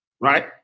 right